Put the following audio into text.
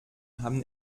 haben